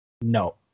No